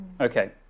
okay